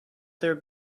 there